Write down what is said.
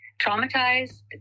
traumatized